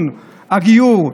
הגיור,